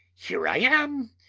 here i am!